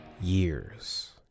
years